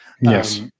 yes